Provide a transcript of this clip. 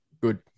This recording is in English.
Good